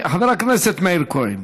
מאיר כהן,